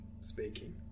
speaking